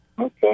Okay